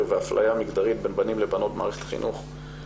ואפליה מגדרית בין בנים לבנות במערכת החינוך,